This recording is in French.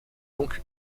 donc